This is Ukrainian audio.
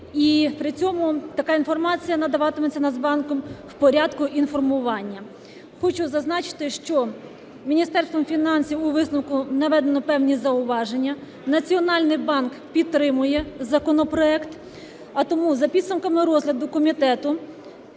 І при цьому така інформація надаватиметься Нацбанком в порядку інформування. Хочу зазначити, що Міністерством фінансів у висновку наведено певні зауваження, Національний банк підтримує законопроект. А тому за підсумками розгляду комітету